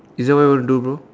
is that what you want to do bro